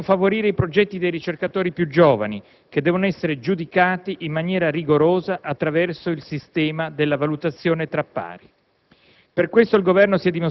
Non solo: dobbiamo favorire i progetti dei ricercatori più giovani che devono essere giudicati in maniera rigorosa attraverso il sistema della valutazione tra pari.